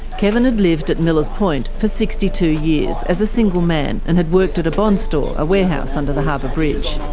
kevin had lived at millers point for sixty two years, as a single man, and had worked at a bond store, a warehouse under the harbour bridge.